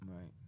Right